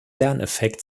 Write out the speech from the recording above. lerneffekt